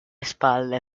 spalle